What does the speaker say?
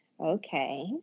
okay